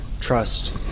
trust